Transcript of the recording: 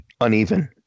uneven